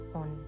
on